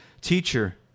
Teacher